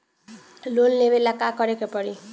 Loan लेवे ला का करे के पड़ी?